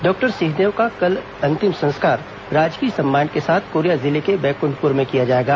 doctor Singhdeo का अंतिम संस्कार राजकीय सम्मान के साथ कोरिया जिले के बैक्ंठपुर में कल किया जायेगा